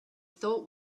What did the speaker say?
thought